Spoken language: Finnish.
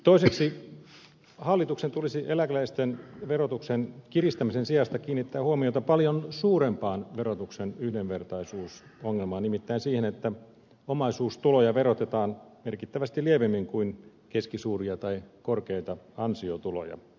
toiseksi hallituksen tulisi eläkeläisten verotuksen kiristämisen sijasta kiinnittää huomiota paljon suurempaan verotuksen yhdenvertaisuusongelmaan nimittäin siihen että omaisuustuloja verotetaan merkittävästi lievemmin kuin keskisuuria tai korkeita ansiotuloja